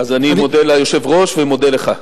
אז אני מודה ליושב-ראש ומודה לך.